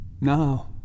Now